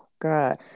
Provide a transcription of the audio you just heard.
god